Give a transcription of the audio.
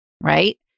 Right